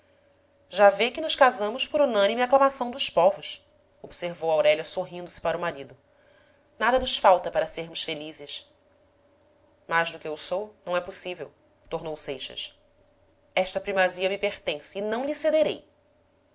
já vê que nos casamos por unânime aclamação dos povos observou aurélia sorrindo se para o marido nada nos falta para sermos felizes mais do que eu sou não é possível tornou seixas esta primazia me pertence e não lhe cederei